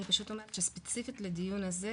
אני פשוט אומרת שספיציפית לדיון הזה,